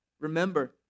remember